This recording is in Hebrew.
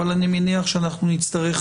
אבל אני מניח שאנחנו נצטרך